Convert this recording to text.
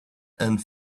and